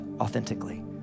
authentically